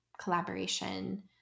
collaboration